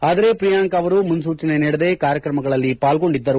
ಆದರೆ ಪ್ರಿಯಾಂಕಾ ಅವರು ಮುನ್ನೂಚನೆ ನೀಡದೆ ಕಾರ್ಯಕ್ರಮಗಳಲ್ಲಿ ಪಾಲ್ಗೊಂಡಿದ್ದರು